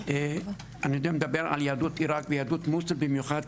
אני מדבר על יהדות עירק ויהדות מוסול במיוחד,